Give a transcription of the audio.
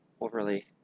overly